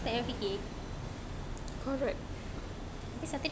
tak payah fikir